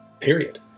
period